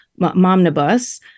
Momnibus